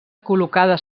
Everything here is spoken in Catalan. col·locada